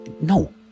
no